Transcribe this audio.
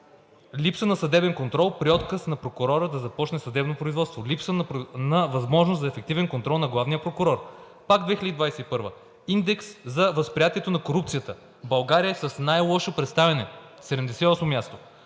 „Липса на съдебен контрол при отказ на прокурора да започне съдебно производство и липса на възможност за ефективен контрол на главния прокурор“. 2021 г. – индекс за възприятие на корупция: „България е с най-лошо представяне – 78 място“.